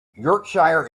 yorkshire